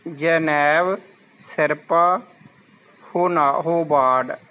ਜੈਨੈਬ ਸਿਰਪਾ ਹੋਨਾ ਹੋਬਾਡ